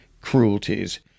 cruelties